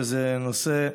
שזה נושא,